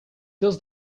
does